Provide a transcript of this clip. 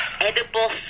edible